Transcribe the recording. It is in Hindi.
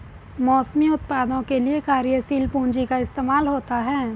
मौसमी उत्पादों के लिये कार्यशील पूंजी का इस्तेमाल होता है